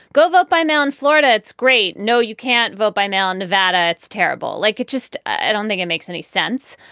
go vote by mail in florida. it's great. great. no, you can't vote by mail in nevada. it's terrible. like, it just i don't think it makes any sense.